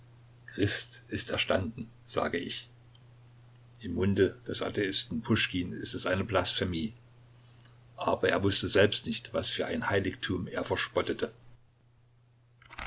christ ist erstanden sage ich im munde des atheisten puschkin ist es eine blasphemie aber er wußte selbst nicht was für ein heiligtum er verspottete